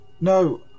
No